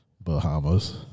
Bahamas